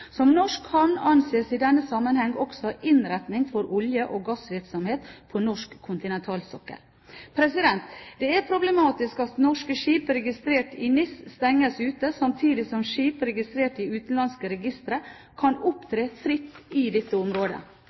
Som norsk havn anses i denne sammenheng også innretninger for olje- og gassvirksomhet på norsk kontinentalsokkel. Det er problematisk at norske skip registrert i NIS stenges ute, samtidig som skip registrert i utenlandske registre fritt kan opptre i dette området.